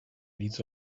needs